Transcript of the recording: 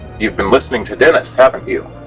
you've been listening to denis, haven't you'?